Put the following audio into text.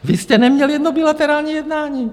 Vy jste neměl jedno bilaterální jednání!